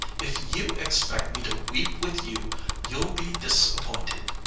if you expect me to weep with you you'll be disappointed.